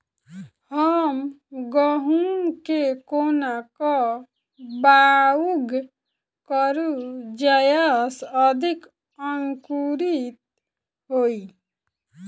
हम गहूम केँ कोना कऽ बाउग करू जयस अधिक अंकुरित होइ?